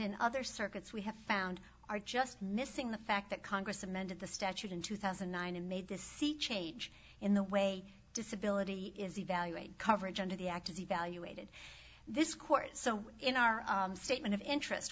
in other circuits we have found are just missing the fact that congress amended the statute in two thousand and nine and made this the change in the way disability is evaluated coverage under the act is evaluated this court so in our statement of interest